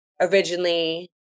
originally